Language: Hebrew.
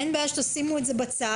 אין בעיה שתשימו את זה בצד,